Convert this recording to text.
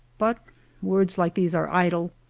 but words like these are idle.